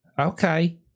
okay